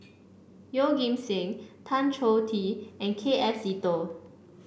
Yeoh Ghim Seng Tan Choh Tee and K F Seetoh